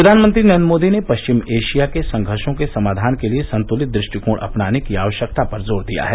प्रधानमंत्री नरेंद्र मोदी ने पश्चिम एशिया के संघर्षो के समाधान के लिए संतुलित दृष्टिकोण अपनाने की आवश्यकता पर जोर दिया है